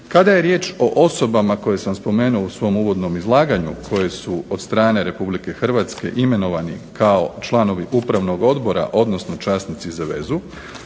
Kada je riječ o osobama koje sam spomenuo u svom uvodnom izlaganju koje su od strane RH imenovani kao članovi upravnog odbora odnosno časnici za vezu,